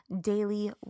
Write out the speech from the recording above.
daily